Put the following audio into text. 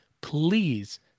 please